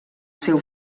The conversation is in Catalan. seu